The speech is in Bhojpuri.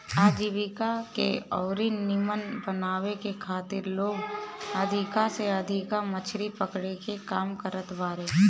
आजीविका के अउरी नीमन बनावे के खातिर लोग अधिका से अधिका मछरी पकड़े के काम करत बारे